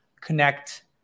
connect